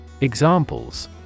Examples